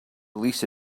lisa